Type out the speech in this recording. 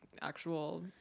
actual